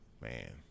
man